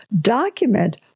Document